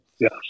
Yes